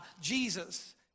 Jesus